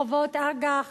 חובות אג"ח,